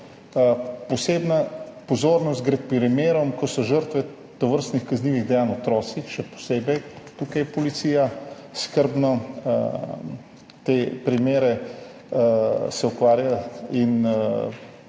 Posebna pozornost gre primerom, ko so žrtve tovrstnih kaznivih dejanj otroci. Še posebej tukaj se policija skrbno ukvarja s